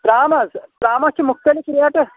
ترٛام حظ ترٛامَس چھِ مختلف ریٹہٕ